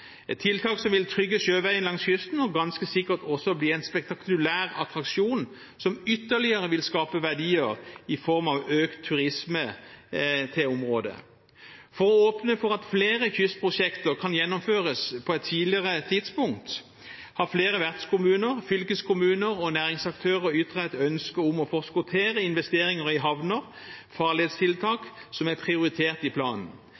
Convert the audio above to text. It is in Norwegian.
et tiltak som vil trygge sjøveien langs kysten, og ganske sikkert også bli en spektakulær attraksjon, som ytterligere vil skape verdier i form av økt turisme til området. For å åpne for at flere kystprosjekter kan gjennomføres på et tidligere tidspunkt, har flere vertskommuner, fylkeskommuner og næringsaktører ytret et ønske om å forskottere investeringer i havner, farledstiltak, som er prioritert i planen.